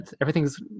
Everything's